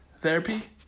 Therapy